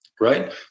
Right